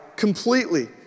completely